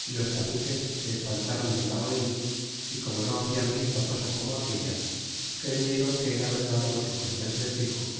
y los caciques se espantron de la oir y como no habian visto cosa como aquella creyeron que era verdad lo que cortés les dixo